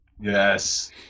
yes